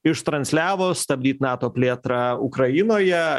ištransliavo stabdyt nato plėtrą ukrainoje